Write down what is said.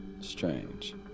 strange